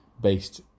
based